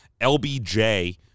LBJ